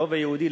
הרוב היהודי,